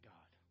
God